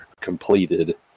completed